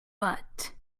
but